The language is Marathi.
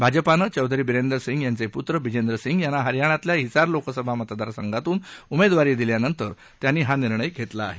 भाजपानं चौधरी बिरेंदर सिंग यांचे पुत्र ब्रिजेंद्र सिंग यांना हरयाणातल्या हिसार लोकसभा मतदारसंघातून उमेदवारी दिल्यानंतर त्यांनी हा निर्णय घेतला आहे